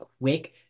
quick